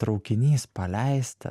traukinys paleistas